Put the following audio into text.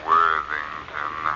Worthington